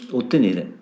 ottenere